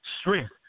strength